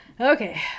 Okay